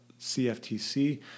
CFTC